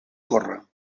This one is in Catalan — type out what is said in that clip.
corre